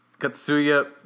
Katsuya